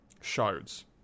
shards